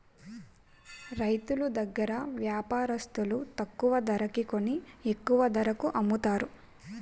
రైతులు దగ్గర వ్యాపారస్తులు తక్కువ ధరకి కొని ఎక్కువ ధరకు అమ్ముతారు